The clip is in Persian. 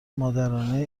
مادرانه